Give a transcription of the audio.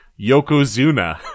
Yokozuna